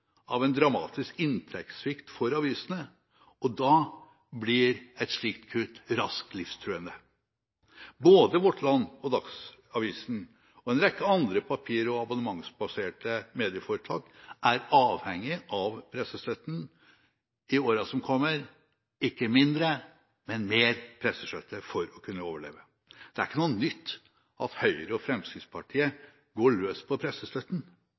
av en dramatisk inntektssvikt for avisene. Da blir et slikt kutt raskt livstruende. Både Vårt Land, Dagsavisen og en rekke andre papir- og abonnementsbaserte medieforetak er avhengige av ikke mindre, men mer pressestøtte i årene som kommer, for å kunne overleve. Det er ikke noe nytt at Høyre og Fremskrittspartiet går løs på pressestøtten.